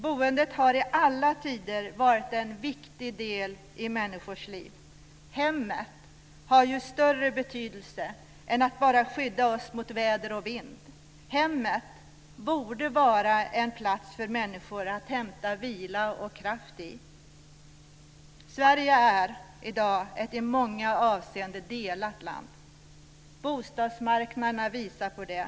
Boendet har i alla tider varit en viktig del i människors liv. Hemmet har större betydelse än att bara skydda oss mot väder och vind. Hemmet borde vara en plats för människor att hämta vila och kraft i. Sverige är i dag ett i många avseenden delat land. Bostadsmarknaderna visar på det.